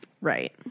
Right